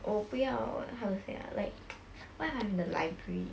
我不要 how to say ah like what if I'm in the library